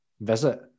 visit